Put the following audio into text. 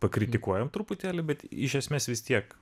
pakritikuojam truputėlį bet iš esmės vis tiek